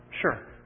sure